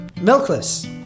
milkless